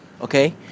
okay